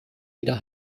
wieder